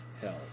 hell